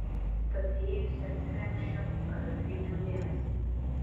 tad įėjusi atsikrenkščiu kad atkreipčiau dėmesį